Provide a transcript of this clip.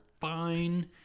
fine